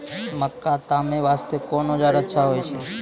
मक्का तामे वास्ते कोंन औजार अच्छा होइतै?